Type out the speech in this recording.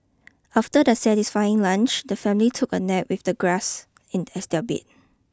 after their satisfying lunch the family took a nap with the grass in as their bed